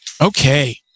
Okay